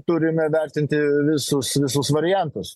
turime vertinti visus visus variantus